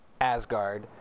Asgard